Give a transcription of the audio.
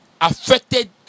affected